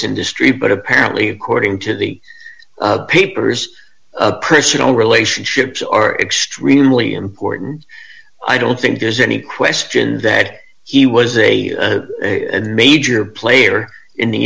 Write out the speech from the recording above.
industry but apparently according to the paper's personal relationships or extremely important i don't think there's any question that he was a major player in the